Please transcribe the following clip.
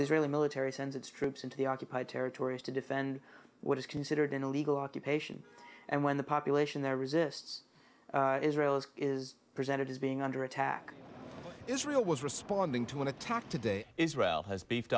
israeli military sends its troops into the occupied territories to defend what is considered an illegal occupation and when the population there resists israel is presented as being under attack by israel was responding to an attack today israel has beefed